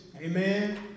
Amen